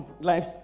Life